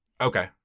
Okay